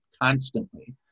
constantly